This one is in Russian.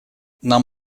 нам